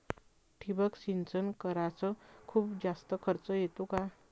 ठिबक सिंचन कराच खूप जास्त खर्च येतो का?